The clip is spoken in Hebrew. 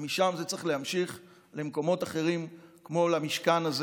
ומשם זה צריך להמשיך למקומות אחרים כמו למשכן הזה.